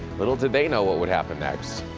little did they know what would happen next.